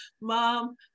mom